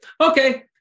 Okay